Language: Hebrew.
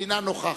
אינה נוכחת.